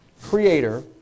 creator